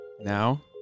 now